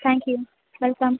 thank you welcome